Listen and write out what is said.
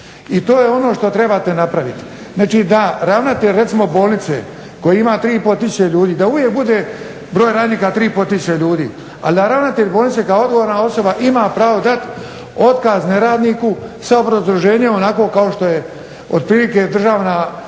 I to je ono što trebate napraviti. Znači, da ravnatelj recimo bolnice koji ima 3 i pol tisuće ljudi da uvijek bude broj radnika 3 i pol tisuće ljudi. Ali da ravnatelj bolnice kao odgovorna osoba ima pravo dati otkaz neradniku sa obrazloženjem onako kao što je otprilike državna